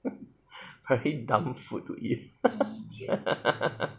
a very dumb food to eat